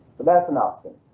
but that's an option.